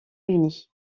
unies